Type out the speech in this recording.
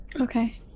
Okay